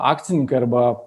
akcininkai arba